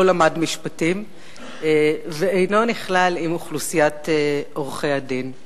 למד משפטים ואינו נכלל באוכלוסיית עורכי-הדין.